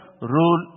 rule